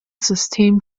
system